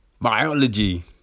Biology